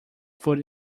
food